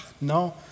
No